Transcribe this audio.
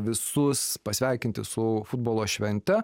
visus pasveikinti su futbolo švente